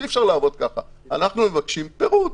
אי אפשר לעבוד כך והם מבקשים פירוט.